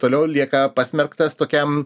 toliau lieka pasmerktas tokiam